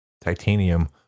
titanium